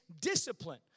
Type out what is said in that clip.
discipline